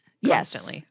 Yes